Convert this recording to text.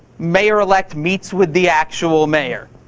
mayor elect meets with the actual mayor.